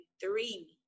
three